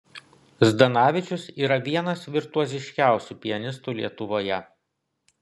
zdanavičius yra vienas virtuoziškiausių pianistų lietuvoje